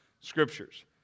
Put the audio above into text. scriptures